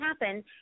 happen